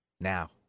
Now